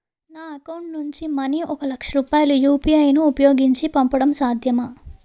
నా అకౌంట్ నుంచి మనీ ఒక లక్ష రూపాయలు యు.పి.ఐ ను ఉపయోగించి పంపడం సాధ్యమా?